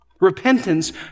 Repentance